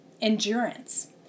endurance